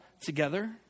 together